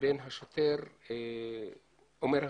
לבין השוטר אומר הכול.